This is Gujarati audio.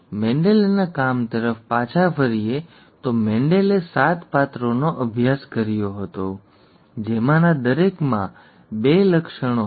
મેન્ડેલના કામ પર પાછા ફરીએ તો મેન્ડલે સાત પાત્રોનો અભ્યાસ કર્યો હતો જેમાંના દરેકમાં બે લક્ષણો હતા